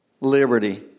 liberty